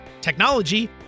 technology